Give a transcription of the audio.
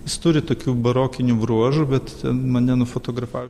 jis turi tokių barokinių bruožų bet ten mane nufotografavo